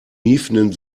miefenden